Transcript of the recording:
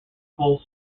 cole